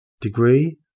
Degree